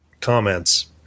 comments